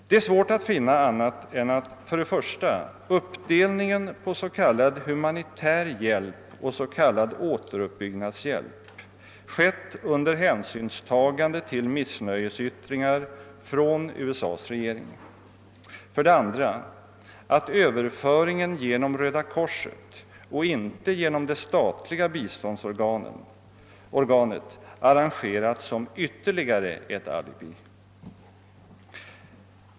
Det är svårt att finna annat än att för det första uppdelningen på s.k. humanitär hjälp och s.k. återuppbyggnadshjälp skett under hänsynstagande till missnöjesyttringar från USA:s regering, för det andra att överföringen genom Röda korset och inte genom det statliga biståndsorganet arrangerats som ytterligare ett alibi.